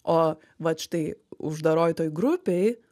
o vat štai uždaroj toj grupėj